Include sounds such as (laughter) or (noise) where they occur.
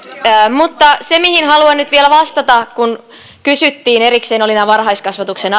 mutta haluan nyt vielä vastata siihen kun kysyttiin erikseen näistä varhaiskasvatuksen (unintelligible)